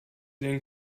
den